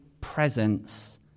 presence